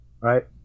Right